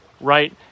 right